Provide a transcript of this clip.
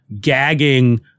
gagging